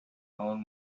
own